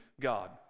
God